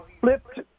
flipped –